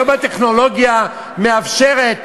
היום הטכנולוגיה מאפשרת